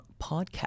Podcast